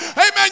Amen